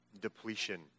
depletion